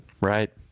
Right